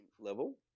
Level